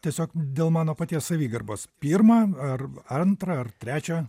tiesiog dėl mano paties savigarbos pirmą ar antrą ar trečią